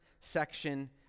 section